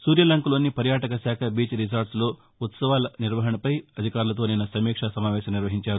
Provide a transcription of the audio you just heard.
సూర్యలంకలోని పర్యాటక శాఖ బీచ్ రిసార్ట్లో ఉత్సవాల నిర్వహణపై అధికారులతో నిన్న సమీక్ష సమావేశం నిర్వహించారు